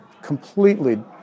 Completely